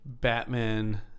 Batman